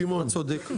אתה צודק.